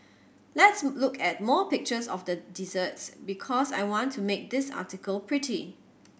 let's look at more pictures of the desserts because I want to make this article pretty